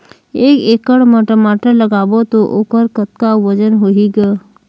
एक एकड़ म टमाटर लगाबो तो ओकर कतका वजन होही ग?